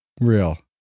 real